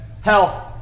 Health